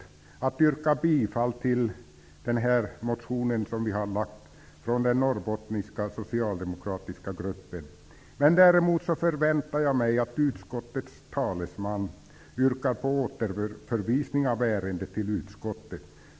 Jag yrkar inte bifall till den motion som den norrbottniska socialdemokratiska gruppen har väckt, men däremot förväntar jag mig att utskottets talesman yrkar återförvisning av ärendet till utskottet.